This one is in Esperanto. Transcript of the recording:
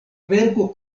verko